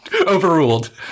Overruled